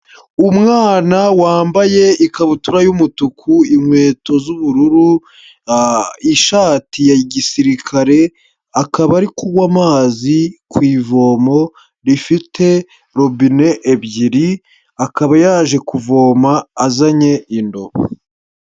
Umwana wambaye ikabutura y'umutuku, inkweto z'ubururu, ishati ya gisirikare, akaba ari kunywa amazi ku ivomo rifite robine ebyiri, akaba yaje kuvoma azanye indobo.